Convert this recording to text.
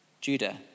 Judah